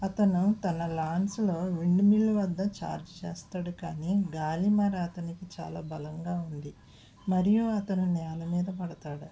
అతను తన లాంచ్లో విండ్ మిల్ వద్ద చార్జ్ చేస్తాడు కానీ గాలిమర అతనకి చాలా బలంగా ఉంది మరియు అతను నేల మీద పడతాడు